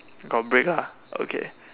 got brick ah okay